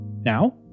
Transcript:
Now